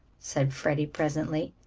said freddie presently.